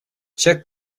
check